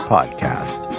Podcast